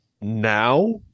Now